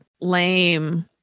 lame